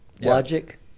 Logic